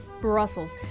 Brussels